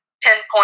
pinpoint